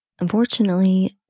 Unfortunately